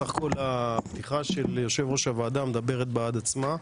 בסך הכול הפתיחה של יושב-ראש הוועדה מדברת בעד עצמה.